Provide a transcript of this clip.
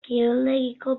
kiroldegiko